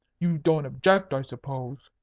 you don't object, i suppose?